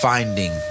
Finding